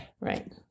Right